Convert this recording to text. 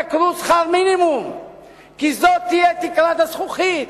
ישתכרו שכר מינימום כי זאת תהיה תקרת הזכוכית.